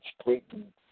straighten